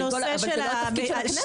זה לא התפקיד של הכנסת.